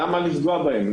למה לפגוע בהם?